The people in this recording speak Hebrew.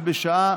ובשעה